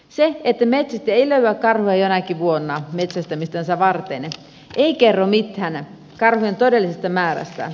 se että metsästä ei löydä karhua jonakin vuonna metsästämistänsä varten ei kerro mitään karhujen todellisesta määrästä